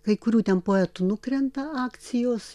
kai kurių ten poetų nukrenta akcijos